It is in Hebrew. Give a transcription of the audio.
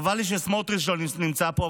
חבל לי שסמוטריץ' לא נמצא פה,